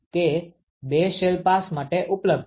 તે બે shell pass માટે ઉપલબ્ધ છે